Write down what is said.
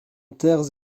terres